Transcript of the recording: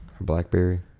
Blackberry